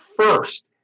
first